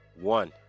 one